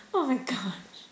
oh my gosh